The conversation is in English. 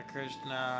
Krishna